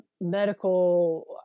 medical